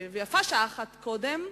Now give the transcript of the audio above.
ויפה שעה אחת קודם,